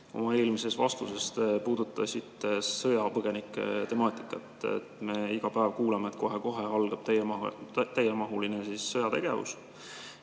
Oma eelmises vastuses te puudutasite sõjapõgenike temaatikat. Me iga päev kuuleme, et kohe-kohe algab täiemahuline sõjategevus.